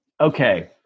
okay